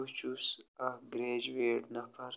بہٕ چھُس اکھ گریجویٹ نَفر